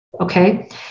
Okay